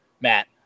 Matt